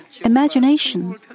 imagination